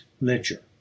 ledger